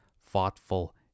thoughtful